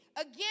Again